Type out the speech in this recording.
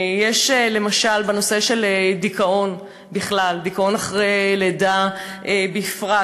למשל בנושא של דיכאון בכלל ודיכאון אחרי לידה בפרט.